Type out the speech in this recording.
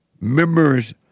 members